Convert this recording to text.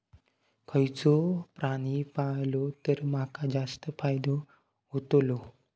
खयचो प्राणी पाळलो तर माका जास्त फायदो होतोलो?